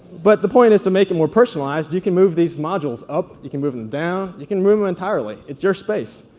but the point is to make it more personalized, you can move these modules up, you can move them down, you can move them entirely it's your space,